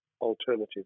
alternative